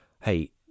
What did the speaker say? hey